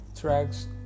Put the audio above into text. tracks